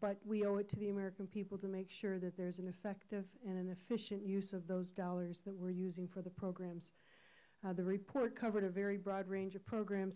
but we owe it to the american people to make sure there is an effective and efficient use of those dollars we are using for the programs the report covered a very broad range of program